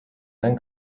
then